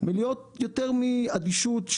מליאות לא פעלו - משיתוק או אדישות.